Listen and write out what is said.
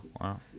Wow